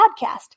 podcast